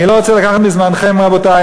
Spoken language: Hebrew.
אני לא רוצה לקחת מזמנכם, רבותי.